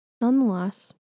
nonetheless